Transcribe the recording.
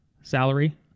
salary